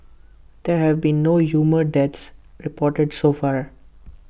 there have been no human deaths reported so far